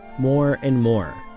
more and more,